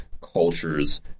cultures